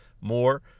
more